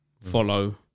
follow